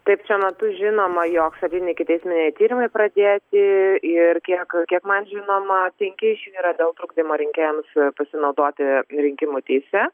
taip šiuo metu žinoma jog septyni ikiteisminiai tyrimai pradėti ir kiek kiek man žinoma penki iš jų yra dėl trukdymo rinkėjams pasinaudoti rinkimų teise